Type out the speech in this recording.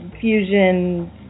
fusion